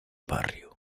barrio